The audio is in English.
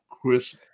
Chris